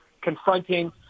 confronting